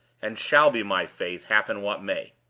and shall be my faith, happen what may.